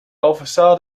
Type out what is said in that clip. oversaw